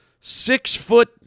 six-foot